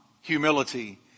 Humility